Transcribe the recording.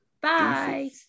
bye